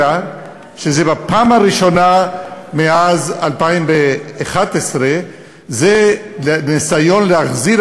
אלא שבפעם הראשונה מאז 2011 נעשה ניסיון להחזיר,